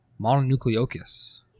mononucleosis